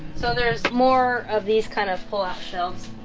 so there's more of these kind of pullout shelves